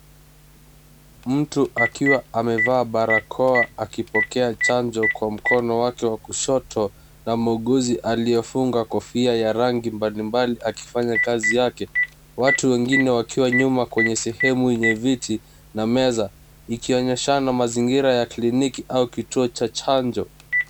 Mtu akiwa amevaa barakoa akipokea chanjo kwa mkono wake wa kushoto na muuguzi aliyefunga kofia ya rangi mbalimbali akifanya kazi yake. Watu wengine wakiwa nyuma kwenye sehemu yenye viti na meza ikionyeshana mazingira ya kliniki au kituo cha chanjo.